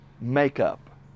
makeup